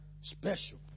Special